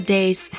Day's